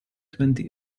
twenty